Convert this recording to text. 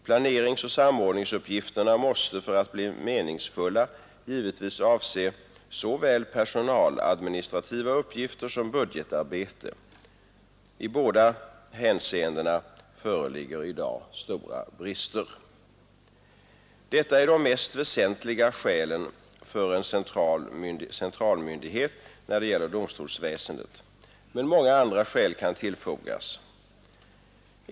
Planeringsoch samordningsuppgifterna måste för att bli meningsfulla givetvis avse såväl personaladmi nistrativa uppgifter som budgetarbete. I båda hänseendena föreligger i dag stora brister. Detta är de mest väsentliga skälen för en centralmyndighet när det gäller domstolsväsendet. Men många andra skäl kan tillfogas.